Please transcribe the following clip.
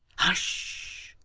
hush!